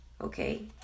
Okay